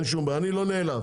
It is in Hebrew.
אין שום בעיה אני לא נעלב,